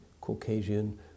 Caucasian